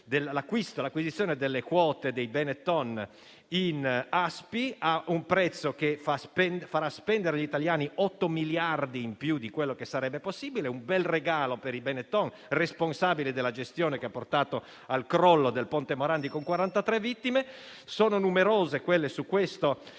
dell'acquisizione delle quote dei Benetton in Aspi a un prezzo che farà spendere agli italiani 8 miliardi in più di quello che sarebbe possibile: un bel regalo per i Benetton, responsabili della gestione che ha portato al crollo del ponte Morandi con 43 vittime. Sono numerose le